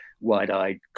wide-eyed